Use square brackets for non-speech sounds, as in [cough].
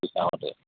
[unintelligible]